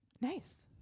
nice